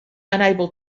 unable